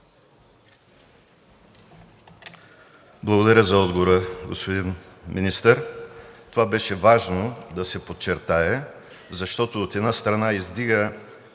Благодаря за отговора, господин Министър. Това беше важно да се подчертае, защото, от една страна, издига